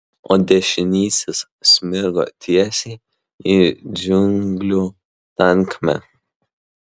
o dešinysis smigo tiesiai į džiunglių tankmę